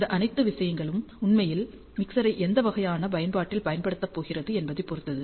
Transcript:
இந்த அனைத்தும் விஷயங்களும் உண்மையில் மிக்சரை எந்த வகையான பயன்பாட்டில் பயன்படுத்தப்படப் போகிறது என்பதைப் பொறுத்தது